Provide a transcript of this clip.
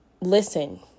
listen